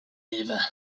live